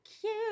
Cute